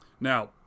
Now